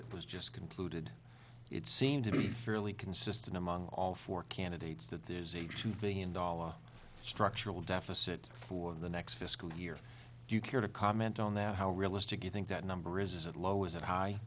that was just concluded it seemed to be fairly consistent among all four candidates that there is a two billion dollars structural deficit for the next fiscal year do you care to comment on that how realistic you think that number or is it low is it high